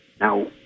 Now